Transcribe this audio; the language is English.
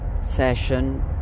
session